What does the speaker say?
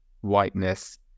whiteness